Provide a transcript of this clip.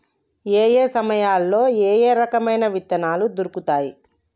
ఏయే సమయాల్లో ఏయే రకమైన విత్తనాలు దొరుకుతాయి?